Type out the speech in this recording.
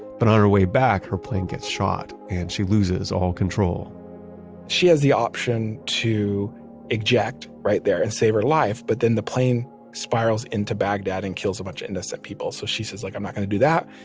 but on her way back, her plane gets shot and she loses all control she has the option to eject right there and save her life, but then the plane spirals into baghdad and kills a bunch of innocent people, so she says, like i'm not going to do that.